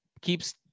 keeps